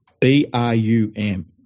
B-R-U-M